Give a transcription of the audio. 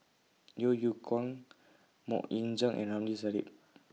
Yeo Yeow Kwang Mok Ying Jang and Ramli Sarip